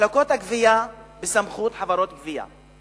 מחלקות הגבייה בסמכות חברות גבייה,